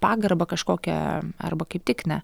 pagarbą kažkokią arba kaip tik ne